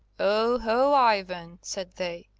oho! ivan, said they,